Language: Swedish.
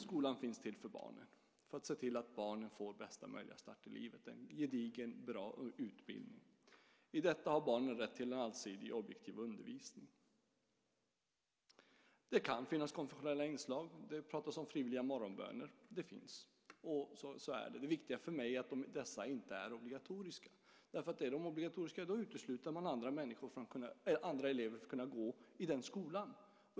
Skolan finns till för barnen, för att se till att barnen får bästa möjliga start i livet, en gedigen och bra utbildning. Barnen har rätt till en allsidig och objektiv undervisning. Det kan finnas konfessionella inslag. Det pratas om frivilliga morgonböner, och det finns, så är det. Men det viktiga för mig är att dessa inte är obligatoriska. Är de obligatoriska utesluter man andra elever från att kunna gå i den skolan.